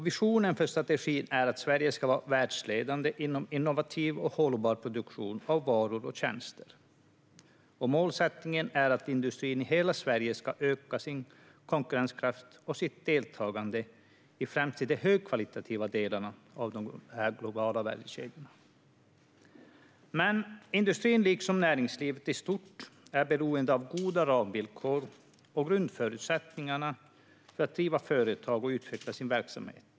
Visionen för strategin är att Sverige ska vara världsledande inom innovativ och hållbar produktion av varor och tjänster. Målsättningen är att industrin i hela Sverige ska öka sin konkurrenskraft och sitt deltagande i främst de högkvalificerade delarna av de globala värdekedjorna. Industrin, liksom näringslivet i stort, är beroende av goda ramvillkor och grundförutsättningar för att driva företag och utveckla sin verksamhet.